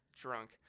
drunk